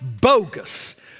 bogus